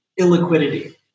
illiquidity